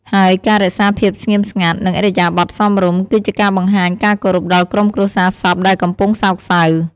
ហើយការរក្សាភាពស្ងៀមស្ងាត់ និងឥរិយាបថសមរម្យ គឺជាការបង្ហាញការគោរពដល់ក្រុមគ្រួសារសពដែលកំពុងសោកសៅ។